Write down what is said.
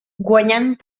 guanyant